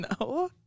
no